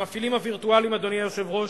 המפעילים הווירטואליים, אדוני היושב-ראש,